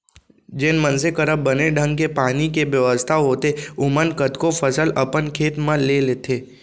जेन मनसे करा बने ढंग के पानी के बेवस्था होथे ओमन कतको फसल अपन खेत म ले लेथें